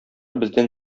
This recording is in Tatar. бездән